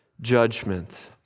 judgment